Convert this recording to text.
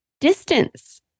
distance